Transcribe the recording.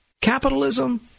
Capitalism